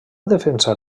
defensar